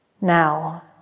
Now